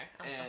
okay